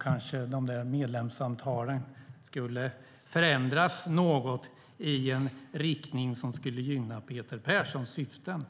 kanske medlemsantalen skulle förändras i en riktning som skulle gynna Peter Perssons syften.